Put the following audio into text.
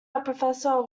professor